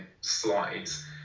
slides